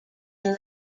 than